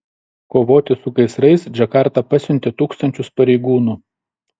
kovoti su gaisrais džakarta pasiuntė tūkstančius pareigūnų